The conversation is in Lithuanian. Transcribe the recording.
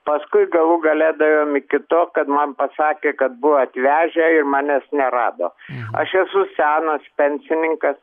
paskui galų gale davėjom iki to kad man pasakė kad buvo atvežę ir manęs nerado aš esu senas pensininkas